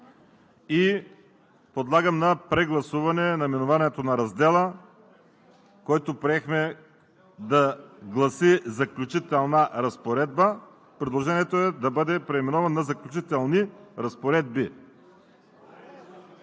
Подлагам на прегласуване наименованието на раздела, който приехме да гласи „Заключителна разпоредба“, предложението е да бъде преименуван на „Заключителни разпоредби“.